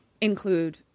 include